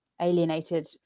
alienated